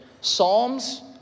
Psalms